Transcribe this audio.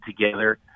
together